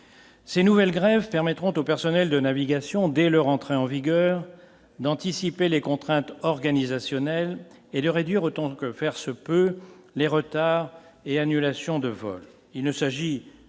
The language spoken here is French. Ces nouvelles grèves permettront aux personnels de navigation dès leur entrée en vigueur d'anticiper les contraintes organisationnelles et de réduire autant que faire se peut les retards et annulations de vols,